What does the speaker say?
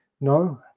no